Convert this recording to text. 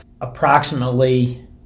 approximately